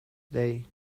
day